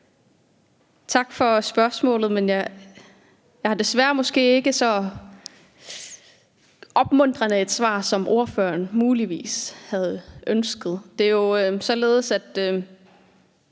Tak for spørgsmålet, men jeg har desværre måske ikke så opmuntrende et svar, som ordføreren muligvis havde ønsket. Det er jo således, at